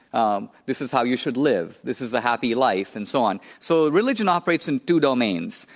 um this is how you should live. this is a happy life, and so on, so religion operates in two domains.